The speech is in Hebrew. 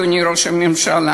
אדוני ראש הממשלה,